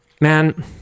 man